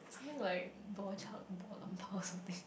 something like bo chup bo lan pa or something